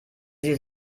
sieht